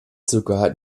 sogar